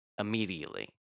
immediately